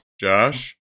Josh